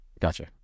Gotcha